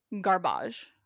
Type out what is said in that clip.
garbage